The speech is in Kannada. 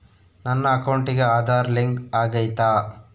ನನ್ನ ಅಕೌಂಟಿಗೆ ಆಧಾರ್ ಲಿಂಕ್ ಆಗೈತಾ?